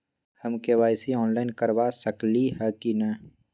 हम KYC online करवा सकली ह कि न?